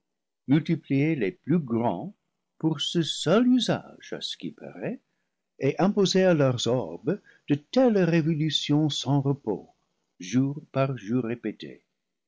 multiplier les plus grands pour ce seul usage à ce qu'il paraît et imposer à leurs orbes de telles révolutions sans repos jour par jour répétées